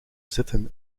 zitten